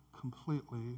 completely